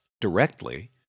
directly